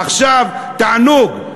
עכשיו תענוג,